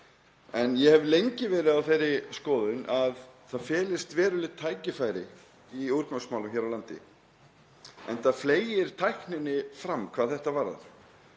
Ég hef lengi verið á þeirri skoðun að það felist veruleg tækifæri í úrgangsmálum hér á landi enda fleygir tækninni fram hvað þetta varðar.